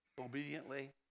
obediently